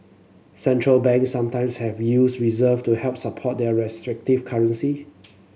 central banks sometimes have used reserve to help support their restrictive currency